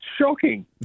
Shocking